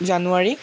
January